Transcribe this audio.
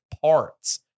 parts